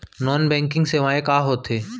Non banking सेवाएं का होथे?